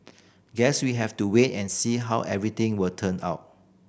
guess we have to wait and see how everything will turn out